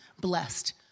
blessed